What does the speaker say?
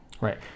right